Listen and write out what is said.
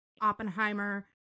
Oppenheimer